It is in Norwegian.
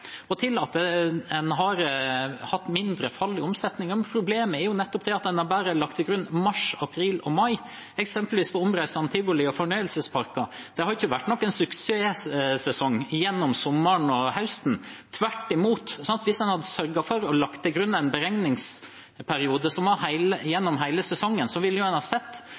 Til det at en har hatt et mindre fall i omsetningen: Problemet er jo at en har bare lagt til grunn mars, april og mai for f.eks. omreisende tivoli og fornøyelsesparker. Det har ikke vært en suksessesong gjennom sommeren og høsten, tvert imot. Hvis en hadde lagt til grunn en beregningsperiode som var hele sesongen, ville en ha sett